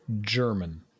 German